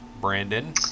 Brandon